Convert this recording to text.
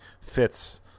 fits